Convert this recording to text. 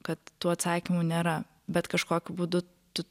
kad tų atsakymų nėra bet kažkokiu būdu tu